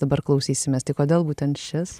dabar klausysimės tai kodėl būtent šis